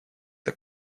это